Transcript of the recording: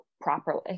properly